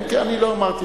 כן, אני לא אמרתי.